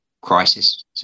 crisis